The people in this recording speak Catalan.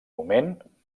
moment